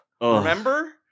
Remember